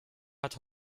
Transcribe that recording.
hat